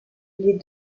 les